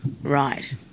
right